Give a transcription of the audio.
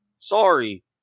Sorry